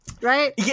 right